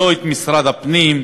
לא את משרד הפנים,